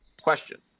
question